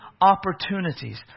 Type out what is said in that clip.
opportunities